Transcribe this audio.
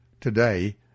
Today